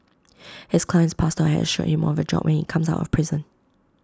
his client's pastor has assured him of A job when he comes out of prison